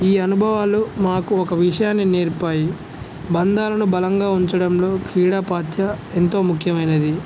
ఈ అనుభవాలు మాకు ఒక విషయాన్ని నేర్పాయి బంధాలను బలంగా ఉంచడంలో క్రీడా పాత్ర ఎంతో ముఖ్యమైనది